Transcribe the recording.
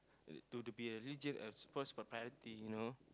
do the be a region of sports proprietary you know